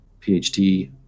PhD